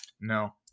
No